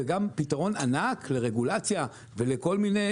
וגם פתרון ענק לרגולציה ולכל מיני